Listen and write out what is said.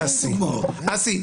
אסי,